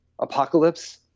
Apocalypse